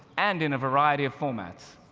and in a variety of formats.